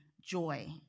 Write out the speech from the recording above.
joy